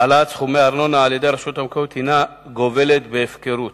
העלאת סכומי הארנונה על-ידי הרשות המקומית היא שהיא גובלת בהפקרות,